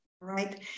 right